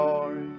Lord